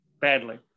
badly